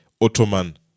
Ottoman